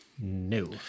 No